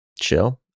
Chill